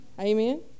Amen